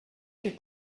que